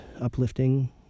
uplifting